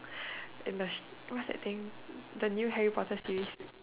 in the what's that thing the new Harry Potter series